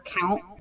count